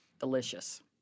Delicious